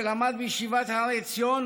שלמד בישיבת הר עציון,